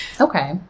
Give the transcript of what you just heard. Okay